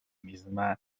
misma